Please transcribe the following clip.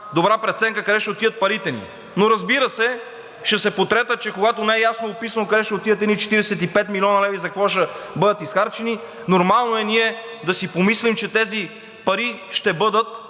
добра преценка къде ще отидат парите ни? Но разбира се, ще се потретя, че когато не е ясно описано къде ще отидат едни 45 млн. лв. и за какво ще бъдат изхарчени, нормално е ние да си помислим, че тези пари ще бъдат